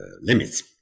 limits